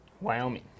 Wyoming